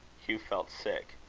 hugh felt sick.